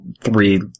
three